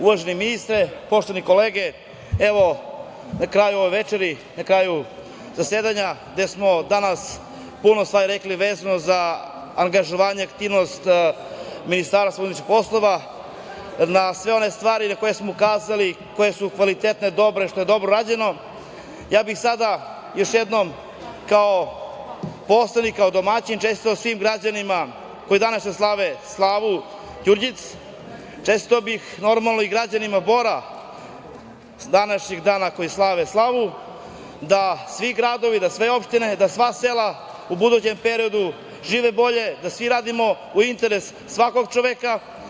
Uvaženi ministre, poštovane kolege, evo, na kraju ove večeri, na kraju zasedanja, gde smo danas puno stvari rekli vezano za angažovanje aktivnosti MUP, na sve one stvari na koje smo ukazali, koje su kvalitetne, dobre, što je dobro urađeno, sada bih još jednom kao poslanik, kao domaćin čestitao svim građanima koji danas slave slavu, Đurđic, čestitam normalno i građanima Bora današnjeg dana koji slave slavu, da svi gradovi, da sve opštine, da sva sela u budućem periodu žive bolje, da svi radimo u interesu svakog čoveka.